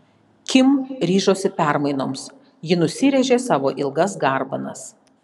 kim ryžosi permainoms ji nusirėžė savo ilgas garbanas